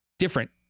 Different